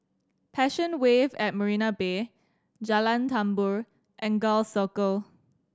Passion Wave at Marina Bay Jalan Tambur and Gul Circle